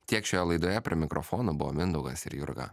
tiek šioje laidoje prie mikrofonų buvo mindaugas ir jurga